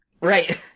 Right